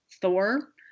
Thor